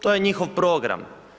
To je njihov program.